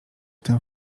tym